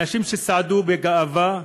אנשים צעדו בגאווה